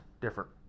different